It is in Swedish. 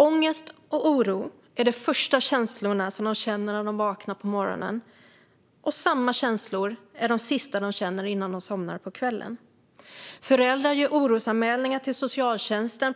Ångest och oro är de första känslor de känner när de vaknar på morgonen, och samma känslor är de sista de känner innan de somnar på kvällen. Föräldrar gör orosanmälningar mot sig själva till socialtjänsten,